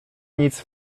nic